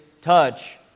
touch